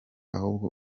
ahubwo